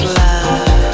love